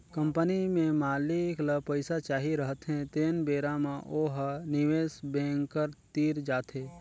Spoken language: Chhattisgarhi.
कंपनी में मालिक ल पइसा चाही रहथें तेन बेरा म ओ ह निवेस बेंकर तीर जाथे